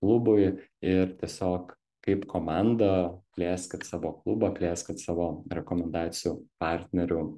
klubui ir tiesiog kaip komanda plėskit savo klubą plėskit savo rekomendacijų partnerių